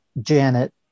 Janet